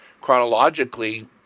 Chronologically